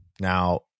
Now